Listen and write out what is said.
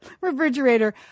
refrigerator